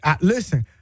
listen